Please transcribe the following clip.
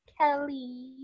Kelly